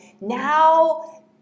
Now